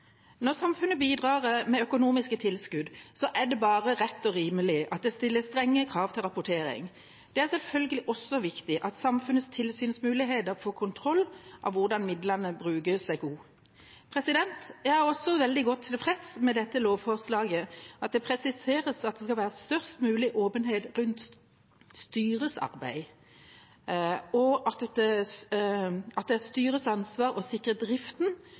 Når samfunnet bidrar med økonomiske tilskudd, er det bare rett og rimelig at det stilles strenge krav til rapportering. Det er selvfølgelig også viktig at samfunnets tilsynsmuligheter for kontroll av hvordan midlene brukes, er gode. Jeg er også veldig godt tilfreds med at det i dette lovforslaget presiseres at det skal være størst mulig åpenhet rundt styrets arbeid, og at det er styrets ansvar å sikre at driften